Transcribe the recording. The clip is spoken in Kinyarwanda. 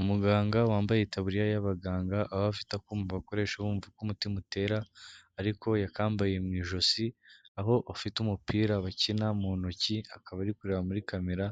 Umuganga wambaye itaburiya y'abaganga, aho afite akuma bakoresha bumva uko umutima utera ariko yakambaye mu ijosi, aho afite umupira bakina mu ntoki, akaba ari kureba muri kamera,